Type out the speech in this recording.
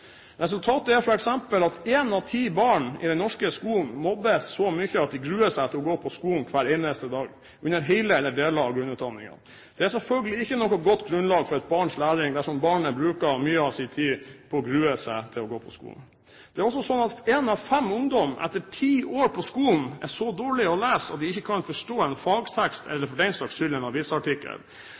Resultatet er f.eks. at ett av ti barn i den norske skolen mobbes så mye at de gruer seg til å gå på skolen hver eneste dag under hele eller deler av grunnutdanningen. Det er selvfølgelig ikke noe godt grunnlag for et barns læring dersom barnet bruker mye av sin tid på å grue seg til å gå på skolen. Det er også sånn at én av fem ungdommer etter ti år på skolen er så dårlige til å lese at de ikke kan forstå en fagtekst eller for den saks skyld en avisartikkel.